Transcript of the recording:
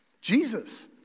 Jesus